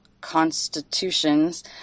constitutions